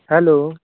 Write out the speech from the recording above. hello